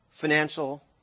financial